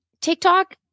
TikTok